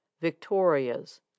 victoria's